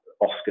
Oscar